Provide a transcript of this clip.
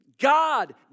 God